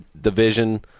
division